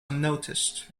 unnoticed